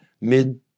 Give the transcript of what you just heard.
mid